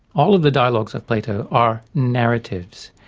all of the dialogues of plato are narratives.